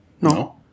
No